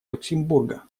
люксембурга